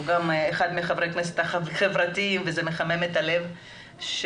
הוא גם אחד מחברי הכנסת החברתיים שיש וזה מחמם את הלב שאנחנו